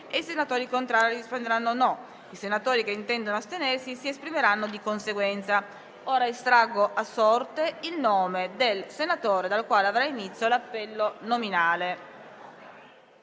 i senatori contrari risponderanno no; i senatori che intendono astenersi si esprimeranno di conseguenza. Estraggo ora a sorte il nome del senatore dal quale avrà inizio l'appello nominale.